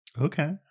Okay